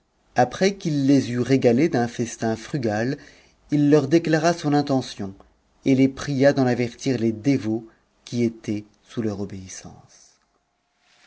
après qu'il les eut régalés d'un festin frugal il leur déclara son intention et les pria d'eu avertir les dévots qui étaient sous lenr obéissance